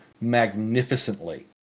magnificently